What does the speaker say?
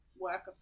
work